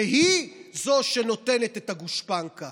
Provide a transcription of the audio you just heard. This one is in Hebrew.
שהיא שנותנת את הגושפנקה,